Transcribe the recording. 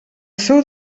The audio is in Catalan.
seu